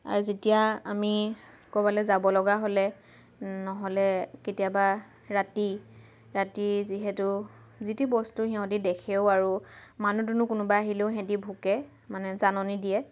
আৰু যেতিয়া আমি ক'ৰবালৈ যাব লগা হ'লে নহ'লে কেতিয়াবা ৰাতি ৰাতি যিহেতু যি টি বস্তু সিহঁতে দেখেও আৰু মানুহ দুনুহ কোনোবা আহিলেও সিহঁতে ভুকে মানে জাননী দিয়ে